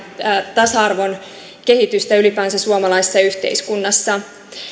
tasa arvon kehitystä ylipäänsä suomalaisessa yhteiskunnassa